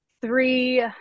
Three